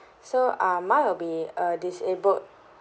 so uh mine will be a disabled